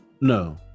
No